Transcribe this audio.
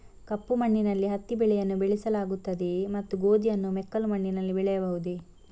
ಕಪ್ಪು ಮಣ್ಣಿನಲ್ಲಿ ಹತ್ತಿ ಬೆಳೆಯನ್ನು ಬೆಳೆಸಲಾಗುತ್ತದೆಯೇ ಮತ್ತು ಗೋಧಿಯನ್ನು ಮೆಕ್ಕಲು ಮಣ್ಣಿನಲ್ಲಿ ಬೆಳೆಯಬಹುದೇ?